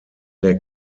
der